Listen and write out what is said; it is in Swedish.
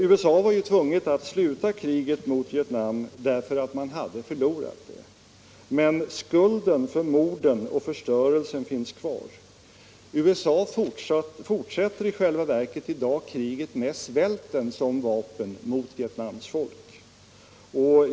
USA var ju tvunget att sluta kriget mot Vietnam därför att man hade förlorat det. Men skulden för morden och förstörelsen finns kvar. USA fortsätter i själva verket i dag kriget med svälten som vapen mot Vietnams folk.